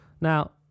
Now